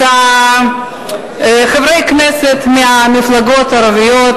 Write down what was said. את חברי הכנסת מהמפלגות הערביות,